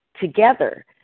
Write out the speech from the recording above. together